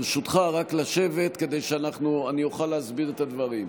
ברשותך, רק לשבת כדי שאני אוכל להסביר את הדברים.